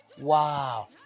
Wow